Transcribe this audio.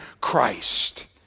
Christ